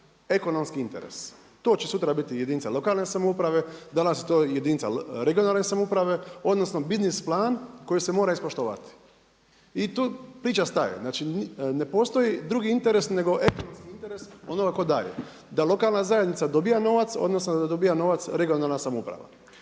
ekonomski interes. To će sutra biti jedinica lokalne samouprave, danas je to jedinica regionalne samouprave odnosno biznis plan koji se mora ispoštovati i tu priča staje. Znači ne postoji drugi interes nego ekonomski interes onoga tko daje, da lokalna zajednica dobija novac odnosno da dobija novac regionalna samouprava.